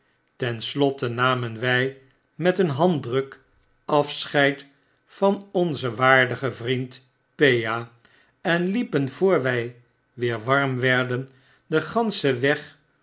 ten slotte namen wy met een handdruk afscheid van onzen waardigen vriend pea en liepen voor wij weer warm werden den ganschen weg